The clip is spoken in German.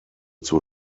zur